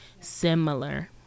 similar